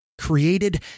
created